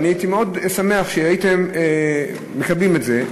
והייתי מאוד שמח אם הייתם מקבלים את זה,